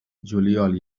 juliol